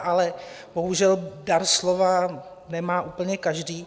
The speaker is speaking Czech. Ale bohužel dar slova nemá úplně každý.